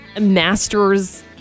Masters